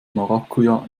maracuja